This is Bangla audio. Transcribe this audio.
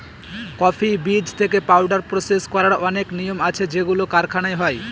কফি বীজ থেকে পাউডার প্রসেস করার অনেক নিয়ম আছে যেগুলো কারখানায় হয়